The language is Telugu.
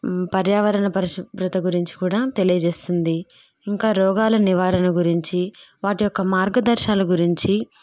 పర్యావరణ పరిశుభ్రత గురించి కూడా తెలియజేస్తుంది ఇంకా రోగాల నివారణ గురించి వాటి యొక్క మార్గదర్శాల గురించి